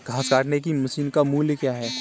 घास काटने की मशीन का मूल्य क्या है?